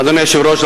אדוני היושב-ראש,